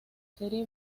serie